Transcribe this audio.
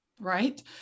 right